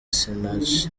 sinach